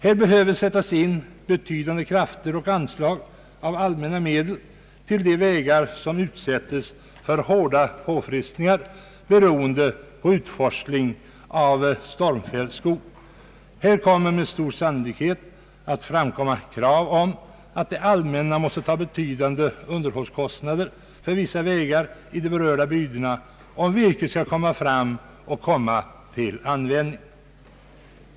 Det behöver sättas in betydande krafter och anslag av allmänna medel till de vägar som ut sättes för hårda påfrestningar i samband med utforsling av stormfälld skog. Med stor sannolikhet kommer krav att ställas på att det allmänna måste ta betydande underhållskostnader för vissa vägar i de berörda bygderna, om virket skall komma fram och komma till användning.